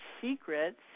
secrets